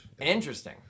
Interesting